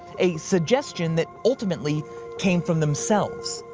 a suggestion that ultimately came from themselves.